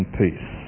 peace